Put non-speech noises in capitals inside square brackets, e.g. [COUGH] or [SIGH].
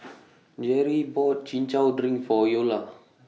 [NOISE] Jerrie bought Chin Chow Drink For Eola